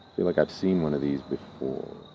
feel like i've seen one of these before